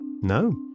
No